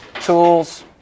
tools